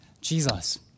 Jesus